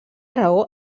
raó